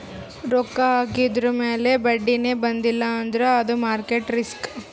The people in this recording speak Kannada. ರೊಕ್ಕಾ ಹಾಕಿದುರ್ ಮ್ಯಾಲ ಬಡ್ಡಿನೇ ಬಂದಿಲ್ಲ ಅಂದ್ರ ಅದು ಮಾರ್ಕೆಟ್ ರಿಸ್ಕ್